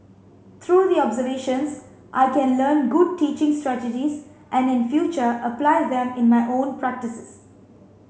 through the observations I can learn good teaching strategies and in future apply them in my own practices